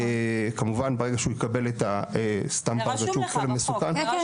כמובן ברגע שהוא יקבל את הסטמפה של הכלב המסוכן --- כן,